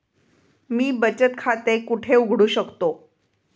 मी बचत खाते कुठे उघडू शकतो?